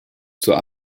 zur